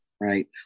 Right